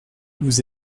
vous